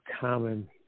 common